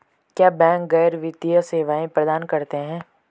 क्या बैंक गैर वित्तीय सेवाएं प्रदान करते हैं?